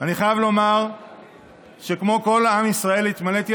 אני חייב לומר שכמו כל עם ישראל התמלאתי